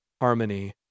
harmony